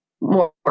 more